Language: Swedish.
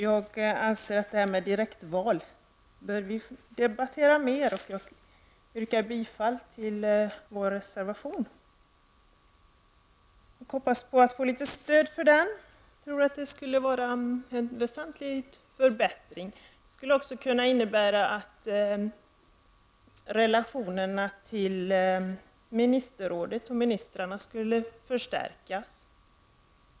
Jag anser att frågan om direktval bör diskuteras ytterligare. Jag yrkar bifall till vår reservation och hoppas att få stöd för den. Ett direktval skulle innebära en väsentlig förbättring. Relationerna till ministerrådet och ministrarna skulle förstärkas.